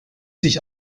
sich